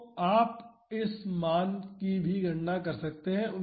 तो आप इस मान की गणना भी कर सकते हैं